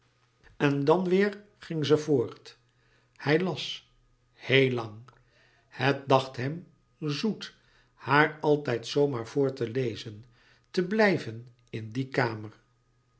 en dan weêr ging ze voort hij las heel lang het dacht hem zoet haar altijd zoo maar voor te lezen te blijven in die kamer